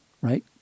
right